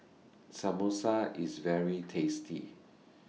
Samosa IS very tasty